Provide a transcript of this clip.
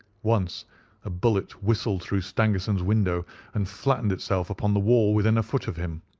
once a bullet whistled through stangerson's window and flattened itself upon the wall within a foot of him.